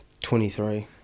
23